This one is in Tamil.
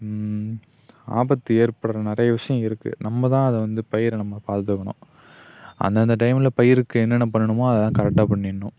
ஆபத்து ஏற்படற நிறைய விஷயம் இருக்குது நம்ப தான் அதை வந்து பயிரை நம்ம பாதுகாக்கணும் அந்தந்த டைமில் பயிருக்கு என்னென்ன பண்ணணுமோ அதெல்லாம் கரெக்டாக பண்ணிடணும்